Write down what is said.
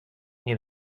near